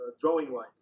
drawing-wise